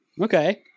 okay